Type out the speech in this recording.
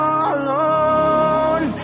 alone